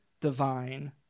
divine